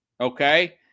okay